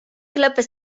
lõppes